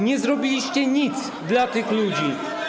Nie zrobiliście nic dla tych ludzi.